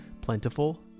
plentiful